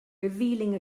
revealing